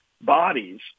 bodies